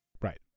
Right